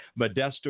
Modesto